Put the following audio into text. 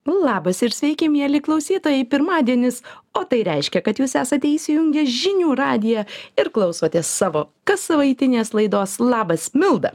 labas ir sveiki mieli klausytojai pirmadienis o tai reiškia kad jūs esate įsijungę žinių radiją ir klausotės savo kassavaitinės laidos labas milda